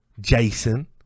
Jason